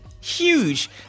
huge